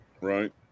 Right